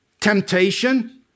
temptation